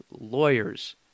lawyers